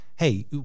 Hey